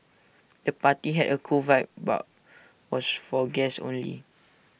the party had A cool vibe but was for guests only